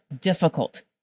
difficult